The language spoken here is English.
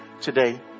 today